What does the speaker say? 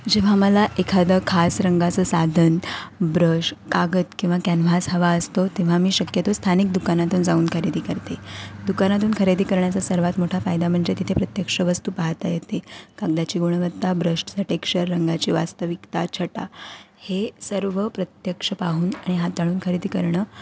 जेव्हा मला एखादं खास रंगाचं साधन ब्रश कागद किंवा कॅन्हास हवा असतो तेव्हा मी शक्यतो स्थानिक दुकानातून जाऊन खरेदी करते दुकानातून खरेदी करण्याचा सर्वात मोठा फायदा म्हणजे तिथे प्रत्यक्ष वस्तू पाहता येते कागदाची गुणवत्ता ब्रशचं टेक्शर रंगाची वास्तविकता छटा हे सर्व प्रत्यक्ष पाहून आणि हाताळून खरेदी करणं